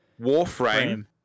Warframe